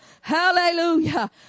Hallelujah